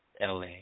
LA